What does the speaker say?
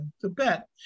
Tibet